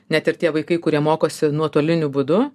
net ir tie vaikai kurie mokosi nuotoliniu būdu